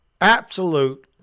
absolute